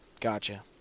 Gotcha